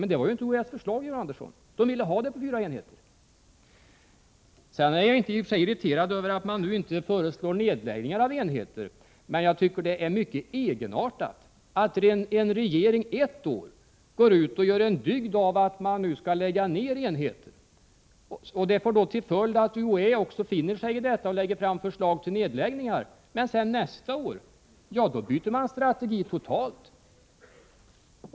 Men det var ju inte UHÄ:s förslag, Georg Andersson. UHÄ ville ha utbildningen på fyra enheter. Jag är i och för sig inte irriterad över att man nu inte föreslår nedläggningar av enheter. Men jag tycker att det är mycket egenartat att en regering ett år går ut och gör en dygd av att man skall lägga ner enheter — och det får då till följd att UHÄ finner sig i detta och lägger fram förslag till nedläggningar. Men nästa år byter regeringen strategi totalt.